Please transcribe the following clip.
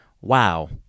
Wow